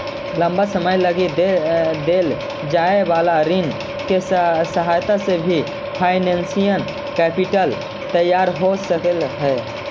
लंबा समय लगी देल जाए वाला ऋण के सहायता से भी फाइनेंशियल कैपिटल तैयार हो सकऽ हई